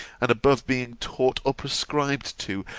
and above being taught or prescribed to,